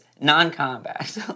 Non-combat